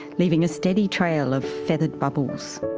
leaving a steady trail of feathered bubbles.